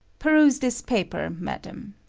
peruse this paper, madam.